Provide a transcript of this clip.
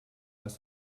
was